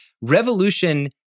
revolution